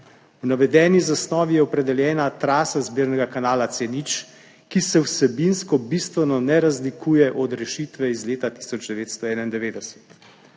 V navedeni zasnovi je opredeljena trasa zbirnega kanala C0, ki se vsebinsko bistveno ne razlikuje od rešitve iz leta 1991.